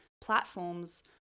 platforms